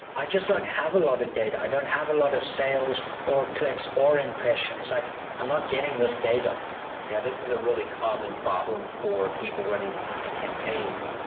i just don't have a lot of data. i don't have a lot of sales or clicks or impressions. like i'm not getting this data yeah, this is a really common problem for people running ppc campaigns,